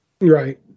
Right